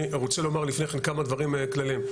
אני רוצה לומר לפני כן כמה דברים כלליים.